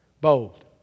Bold